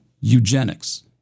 eugenics